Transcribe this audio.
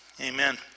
amen